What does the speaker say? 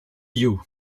you